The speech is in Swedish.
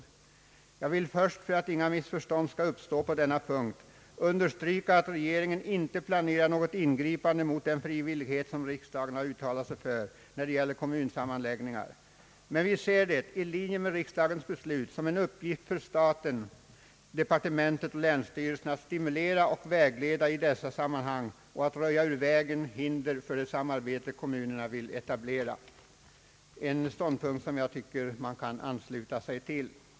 Jag vill först — för att inga missförstånd skall uppstå på denna punkt — understryka att regeringen inte planerar något ingripande mot den frivillighet som riksdagen har uttalat sig för, när det gäller kommunsammanläggningar. Men vi ser det, i linje med riksdagens beslut, som en uppgift för staten, departementet och länsstyrelserna att stimulera och vägleda i dessa sammanhang och att röja ur vägen hinder för det samarbete kommunerna vill etablera.» Det är en ståndpunkt som jag tycker att jag kan ansluta mig till.